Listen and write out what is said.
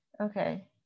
okay